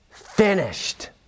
finished